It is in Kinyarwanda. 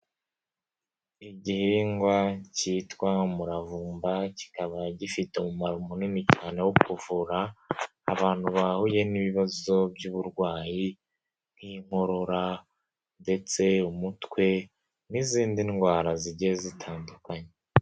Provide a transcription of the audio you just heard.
Igihingwa cyitwa umuravumba, kikaba gifite umumaro munini cyane wo kuvura abantu bahuye n'ibibazo by'uburwayi, nk'inkorora ndetse umutwe n'izindi ndwara zigiye zitandukanye.